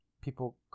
people